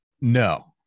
No